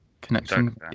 Connection